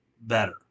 better